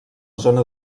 zona